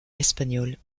espagnol